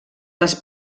les